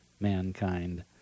mankind